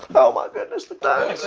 oh my goodness, the dime has